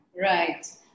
Right